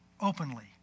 openly